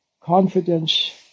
confidence